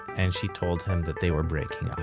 and she told him that they were breaking